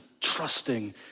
trusting